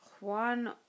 Juan